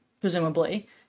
presumably